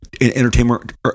entertainment